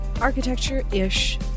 architecture-ish